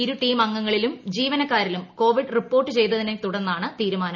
ഇരു ടീമംഗങ്ങളിലും ജീവനക്കാരിലും കോവിഡ് റിപ്പോർട്ട് ചെയ്തതിനെ തുടർന്നാണ് തീരുമാനം